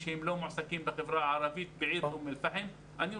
שהם לא מועסקים בחברה הערבית בעיר אום אל פאחם והוא